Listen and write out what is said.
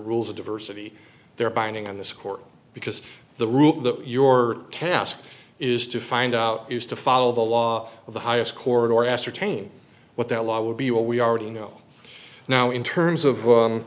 rules of diversity they are binding on this court because the rule that your task is to find out is to follow the law of the highest court or ascertain what that law would be what we already know now in terms of